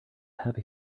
happy